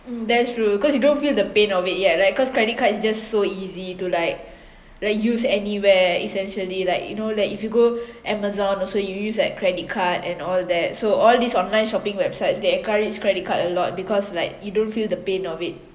um that's true cause you don't feel the pain of it yet right cause credit card is just so easy to like like use anywhere essentially like you know that if you go Amazon also you use like credit card and all that so all these online shopping websites they encourage credit card a lot because like you don't feel the pain of it